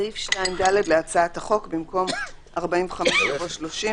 אני מבקש רוויזיה על ההצבעה הזאת.